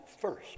first